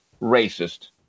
racist